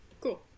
cool